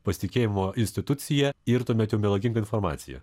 pasitikėjimo institucija ir tuomet jau melaginga informacija